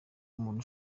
umuntu